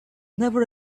never